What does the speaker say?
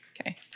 Okay